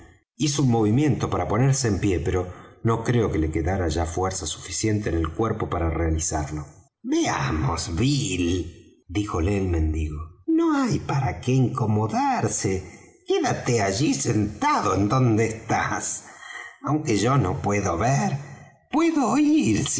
hizo un movimiento para ponerse en pie pero no creo que le quedara ya fuerza suficiente en el cuerpo para realizarlo veamos bill díjole el mendigo no hay para que incomodarse quédate allí sentado en donde estás aunque yo no puedo ver puedo oir sin